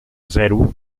zero